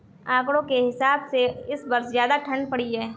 आंकड़ों के हिसाब से इस वर्ष ज्यादा ठण्ड पड़ी है